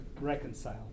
reconcile